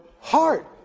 heart